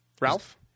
Ralph